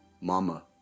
Mama